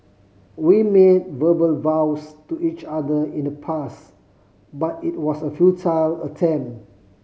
we made verbal vows to each other in the past but it was a futile attempt